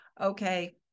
Okay